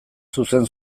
zuzen